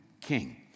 king